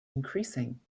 increasing